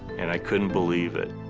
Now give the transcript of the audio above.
and i couldn't believe it.